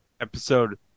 Episode